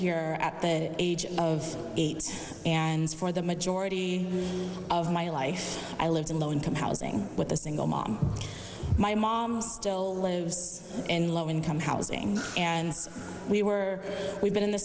here at the age of eight and for the majority of my life i lived in low income housing with a single mom my mom still lives in low income housing and we were we've been in the